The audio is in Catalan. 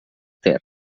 ter